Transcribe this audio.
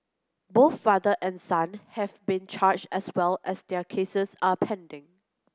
both father and son have been charged as well as their cases are pending